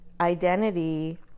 identity